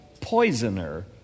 poisoner